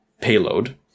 payload